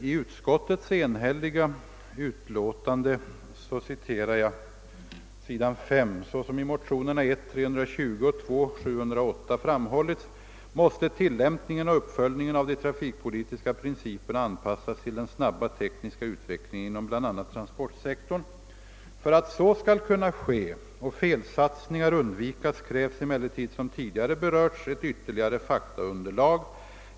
Jag ber i anledning därav att få citera ur utskottets enhälliga utlåtande: »Såsom i motionerna 1I:320 och II: 708 framhållits måste tillämpningen och uppföljningen av de trafikpolitiska principerna anpassas till den snabba tekniska utvecklingen inom bl.a. transportsektorn. För att så skall kunna ske och felsatsningar undvikas krävs emellertid som tidigare berörts ett ytterligare faktaunderlag.